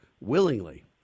willingly